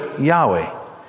Yahweh